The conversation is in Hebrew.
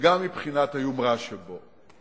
וגם מבחינת היומרה שבו.